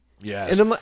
Yes